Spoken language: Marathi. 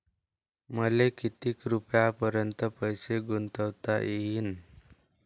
मले किती रुपयापर्यंत पैसा गुंतवता येईन?